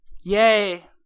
Yay